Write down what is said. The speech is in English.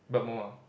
but more